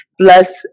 Bless